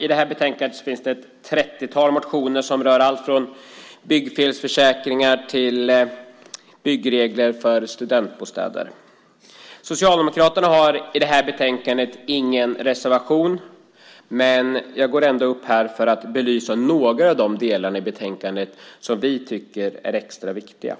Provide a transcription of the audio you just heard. I detta betänkande behandlas ett 30-tal motioner som rör allt från byggfelsförsäkringar till byggregler för studentbostäder. Socialdemokraterna har ingen reservation i detta betänkande, men jag ska ändå belysa några av de delar i betänkandet som vi tycker är extra viktiga.